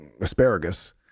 asparagus